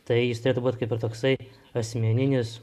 tai jis turėtų būt kaip ir toksai asmeninis